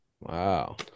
Wow